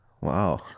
Wow